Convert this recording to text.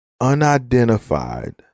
unidentified